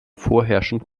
vorherrschend